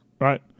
right